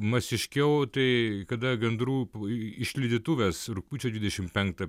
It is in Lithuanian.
masiškiau tai kada gandrų išlydėtuvės rugpjūčio dvidešim penktą